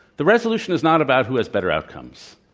the resolution is not about who has better outcomes.